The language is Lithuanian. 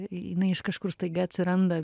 jinai iš kažkur staiga atsiranda